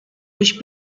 durch